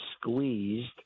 squeezed